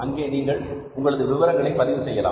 அங்கே நீங்கள் உங்களது விவரங்களை பதிவு செய்யலாம்